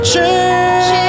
Change